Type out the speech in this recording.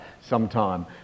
sometime